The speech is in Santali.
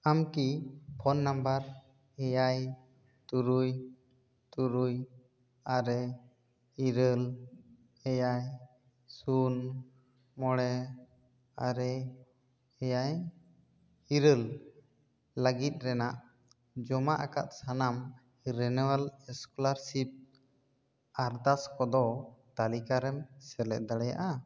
ᱟᱢ ᱠᱤ ᱯᱷᱳᱱ ᱱᱟᱢᱵᱟᱨ ᱮᱭᱟᱭ ᱛᱩᱨᱩᱭ ᱛᱩᱨᱩᱭ ᱟᱨᱮ ᱤᱨᱟᱹᱞ ᱮᱭᱟᱭ ᱥᱩᱱ ᱢᱚᱬᱮ ᱟᱨᱮ ᱮᱭᱟᱭ ᱤᱨᱟᱹᱞ ᱞᱟᱹᱜᱤᱫ ᱨᱮᱱᱟᱜ ᱡᱚᱢᱟ ᱟᱠᱟᱫ ᱥᱟᱱᱟᱢ ᱨᱮᱱᱩᱣᱟᱞ ᱥᱠᱚᱞᱟᱨᱥᱤᱯ ᱟᱨᱫᱟᱥ ᱠᱚᱫᱚ ᱛᱟᱹᱞᱤᱠᱟ ᱨᱮᱢ ᱥᱮᱞᱮᱫ ᱫᱟᱲᱮᱭᱟᱜᱼᱟ